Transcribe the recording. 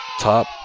top